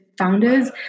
founders